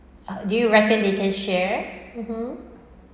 do you reckon they can share (uh huh)